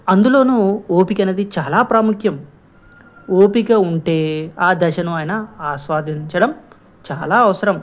అందులోనూ ఓపిక అనేది చాలా ప్రాముఖ్యం ఓపిక ఉంటే ఆ దశను అయినా ఆస్వాదించడం చాలా అవసరం